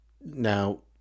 Now